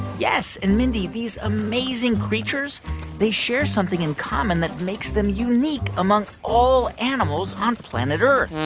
yes. and, mindy, these amazing creatures they share something in common that makes them unique among all animals on planet earth